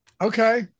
Okay